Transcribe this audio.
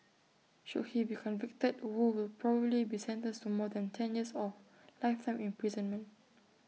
should he be convicted wu will probably be sentenced to more than ten years or lifetime imprisonment